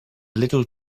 little